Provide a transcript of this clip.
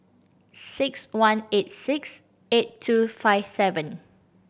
six one eight six eight two five seven